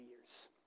years